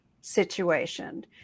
situation